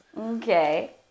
Okay